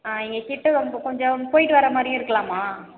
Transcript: இங்கே கிட்ட ரொம்ப கொஞ்சம் போயிட்டு வர்ற மாதிரியும் இருக்கலாமா